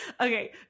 okay